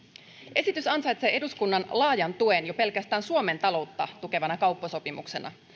esitys ansaitsee eduskunnan laajan tuen jo pelkästään suomen taloutta tukevana kauppasopimuksena